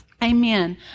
Amen